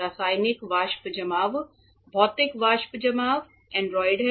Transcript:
रासायनिक वाष्प जमाव भौतिक वाष्प जमाव एंड्राइड है